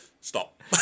stop